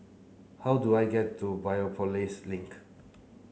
how do I get to Biopolis Link